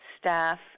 staff